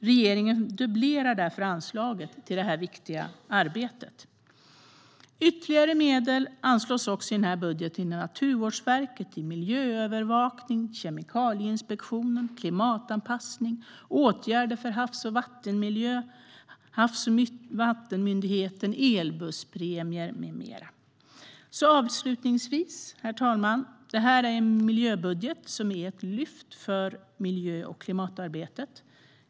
Regeringen dubblerar därför anslaget till det viktiga arbetet. Ytterligare medel anslås i budgeten till Naturvårdsverket, Kemikalieinspektionen och Havs och vattenmyndigheten samt för miljöövervakning och klimatanpassning, till åtgärder för havs och vattenmiljön, för elbusspremier med mera. Avslutningsvis, herr talman: Det här är en miljöbudget som är ett lyft för miljö och klimatarbetet.